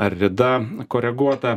ar rida koreguota